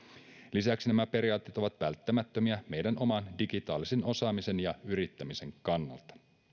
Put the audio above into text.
lisäksi nämä periaatteet ovat välttämättömiä meidän oman digitaalisen osaamisen ja yrittämisen kannalta